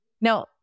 Now